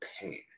pain